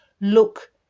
look